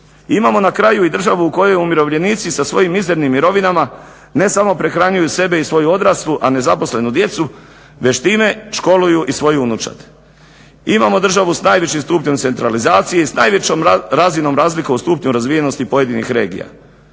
Imamo na kraju i državu u kojoj umirovljenici sa svojim mizernim mirovinama ne samo prehranjuju sebe i svoju odraslu, a nezaposlenu djecu već time školuju i svoju unučad, imamo državu s najvišim stupnjem centralizacije i s najvećom razinom razlika u stupnju razvijenosti pojedinih regija,